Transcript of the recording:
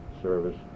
service